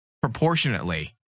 proportionately